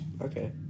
Okay